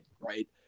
Right